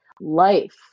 life